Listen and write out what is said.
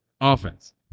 Offense